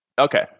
Okay